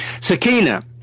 Sakina